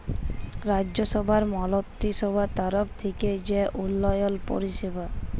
রাজ্যসভার মলত্রিসভার তরফ থ্যাইকে যে উল্ল্যয়ল পরিষেবা